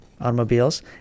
automobiles